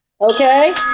okay